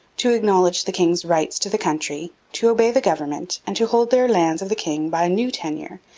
to acknowledge the king's right to the country, to obey the government, and to hold their lands of the king by a new tenure,